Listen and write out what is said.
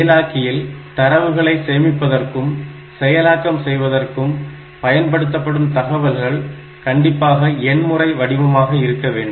செயலாக்கியில் தரவுகளை சேமிப்பதற்கும் செயலாக்கம் செய்வதற்கும் பயன்படுத்தப்படும் தகவல்கள் கண்டிப்பாக எண்முறை வடிவமாக இருக்க வேண்டும்